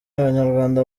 abanyarwanda